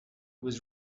was